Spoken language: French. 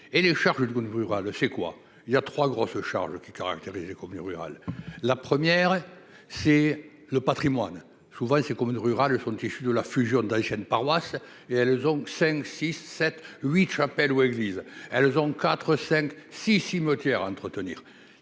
et les charges, le goût ne brûlera le c'est quoi, il y a 3 grosses charges qui caractérise les communes rurales, la première, c'est le Patrimoine souvent ces communes rurales foncier, je suis de la fusion d'anciennes paroisses et elles ont 5, 6, 7, 8 chapelles ou églises, elles ont 4 5 6 cimetière entretenir,